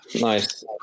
nice